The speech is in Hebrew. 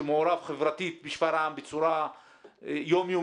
שמעורב חברתית בשפרעם בצורה יום-יומית.